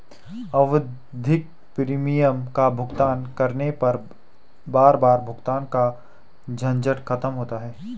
आवधिक प्रीमियम का भुगतान करने पर बार बार भुगतान का झंझट खत्म होता है